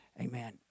amen